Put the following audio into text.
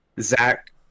Zach